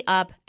up